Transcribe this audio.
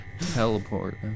Teleport